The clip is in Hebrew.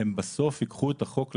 הם בסוף ייקחו את החוק לידיים.